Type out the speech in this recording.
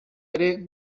ere